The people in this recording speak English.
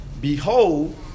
Behold